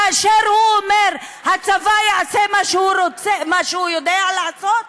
כאשר הוא אומר: הצבא יעשה מה שהוא יודע לעשות?